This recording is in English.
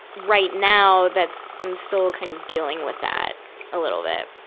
right now, that's, i'm still kind of dealing with that a little bit.